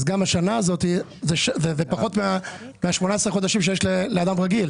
גם השנה הזו היא פחות מ-18 החודשים שיש לאדם רגיל,